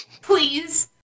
Please